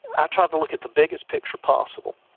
i try to look at the biggest picture possible